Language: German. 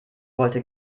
wollte